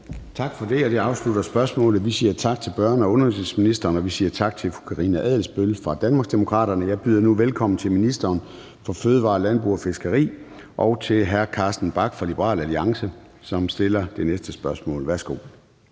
Tak for det. Det afslutter spørgsmålet. Vi siger tak til børne- og undervisningsministeren, og vi siger tak til Karina Adsbøl fra Danmarksdemokraterne. Jeg byder nu velkommen til ministeren for fødevarer, landbrug og fiskeri og til hr. Carsten Bach fra Liberal Alliance, som stiller det næste spørgsmål. Kl.